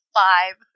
five